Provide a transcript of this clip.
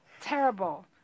terrible